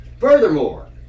Furthermore